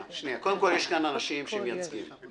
קודם כל, יש כאן אנשים שמייצגים.